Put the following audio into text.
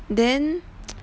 then